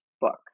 book